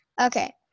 Okay